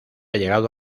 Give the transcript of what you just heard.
llegado